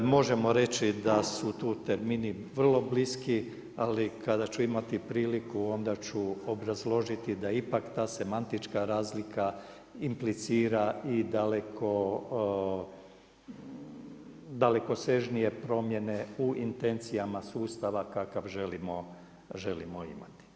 Možemo reći da su tu termini vrlo bliski, ali kada ću imati priliku, onda ću obrazložiti da ipak ta shematična razlika implicira i dalekosežnije promijene u intencijama sustava kakav želimo imati.